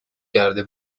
کرده